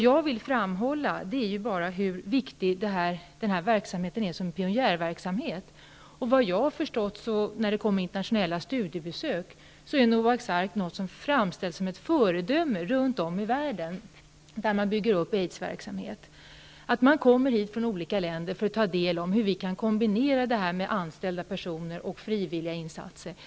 Jag vill bara framhålla hur viktig den här verksamheten är som pionjärverksamhet. Såvitt jag har förstått framställs Noaks Ark som ett föredöme runt om i världen där man bygger upp aidsverksamhet. Man kommer hit på studiebesök från olika länder för att ta del av hur vi kan kombinera anställda personer och frivilliga insatser.